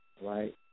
Right